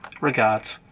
Regards